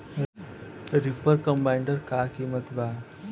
Reaper कम्बाइंडर का किमत बा?